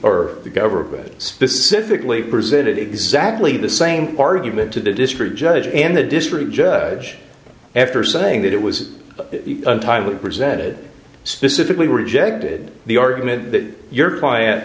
or the government specifically presented exactly the same argument to the district judge and the district judge after saying that it was untimely presented specifically rejected the argument that you